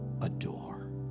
adore